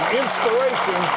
inspiration